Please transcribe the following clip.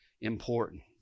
important